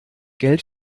geld